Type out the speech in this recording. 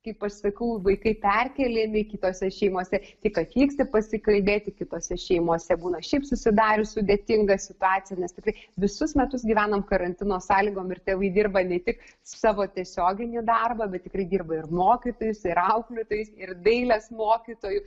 kaip aš sakau vaikai perkeliami kitose šeimose tik atvyksti pasikalbėti kitose šeimose būna šiaip susidarius sudėtinga situacija nes tikrai visus metus gyvenam karantino sąlygom ir tėvai dirba ne tik savo tiesioginį darbą bet tikrai dirba ir mokytojais ir auklėtojais ir dailės mokytoju